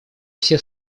все